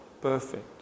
perfect